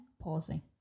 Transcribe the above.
pausing